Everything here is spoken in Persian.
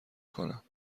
کنم